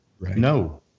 no